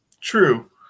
True